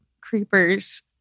Creepers